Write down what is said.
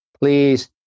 please